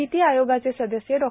नीती आयोगाचे सदस्य डॉ